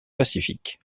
pacifique